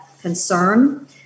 concern